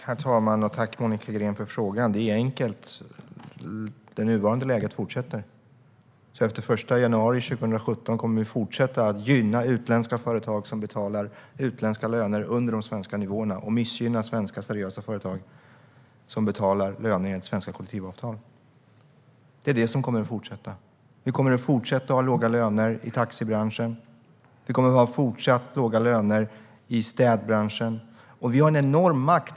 Herr talman! Tack, Monica Green, för frågan! Det är enkelt. Det nuvarande läget fortsätter då. Efter den 1 januari 2017 kommer vi alltså att fortsätta att gynna utländska företag som betalar utländska löner under de svenska nivåerna och missgynna svenska seriösa företag som betalar löner enligt svenska kollektivavtal. Det är det som kommer att fortsätta. Vi kommer att fortsätta att ha låga löner i taxibranschen. Det kommer att vara fortsatt låga löner i städbranschen. Vi har en enorm makt.